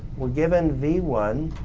we're given v one,